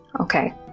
okay